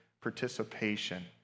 participation